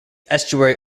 estuary